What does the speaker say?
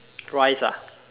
rice ah